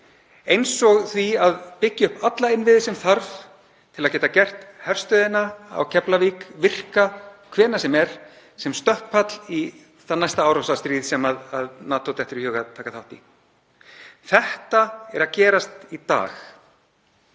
eins og því að byggja upp alla innviði sem þarf til að geta gert herstöðina í Keflavík virka hvenær sem er sem stökkpall í næsta árásarstríð sem NATO dettur í hug að taka þátt í. Þetta er að gerast í dag.